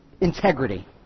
integrity